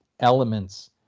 elements